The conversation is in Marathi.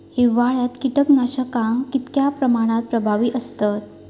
हिवाळ्यात कीटकनाशका कीतक्या प्रमाणात प्रभावी असतत?